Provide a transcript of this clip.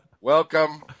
welcome